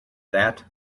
that